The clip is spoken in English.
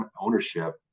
ownership